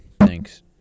thanks